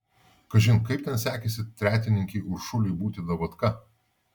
kažin kaip ten sekėsi tretininkei uršulei būti davatka